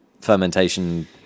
fermentation